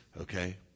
Okay